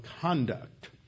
Conduct